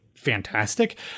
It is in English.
fantastic